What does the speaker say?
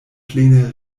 plene